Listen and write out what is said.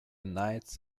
knights